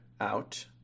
out